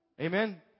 Amen